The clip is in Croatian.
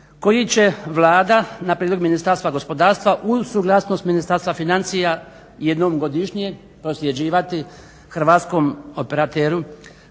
koji će Vlada na prijedlog Ministarstva gospodarstva uz suglasnost Ministarstva financija jednom godišnje prosljeđivati Hrvatskom operateru